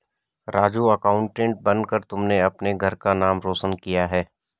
Raju accountant बनकर तुमने अपने घर का नाम रोशन किया है